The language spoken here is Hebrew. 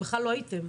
בכלל לא הייתם.